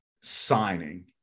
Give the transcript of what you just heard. signing